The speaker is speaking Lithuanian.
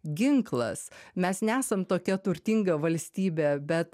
ginklas mes nesam tokia turtinga valstybė bet